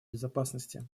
безопасности